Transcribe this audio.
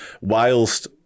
whilst